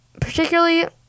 particularly